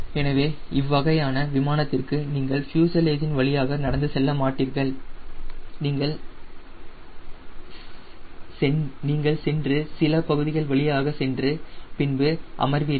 எனவே இவ்வகையான விமானத்திற்கு நீங்கள் ஃப்யூசலேஜின் வழியாக நடந்து செல்ல மாட்டீர்கள் நீங்கள் சென்று சிறு பகுதிகள் வழியாக சென்று பின்பு அமர்வீர்கள்